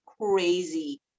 crazy